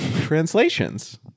translations